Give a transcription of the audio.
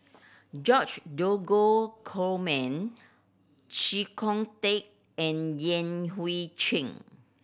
George Dromgold Coleman Chee Kong Tet and Yan Hui Chang